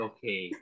Okay